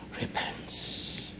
repents